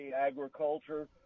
agriculture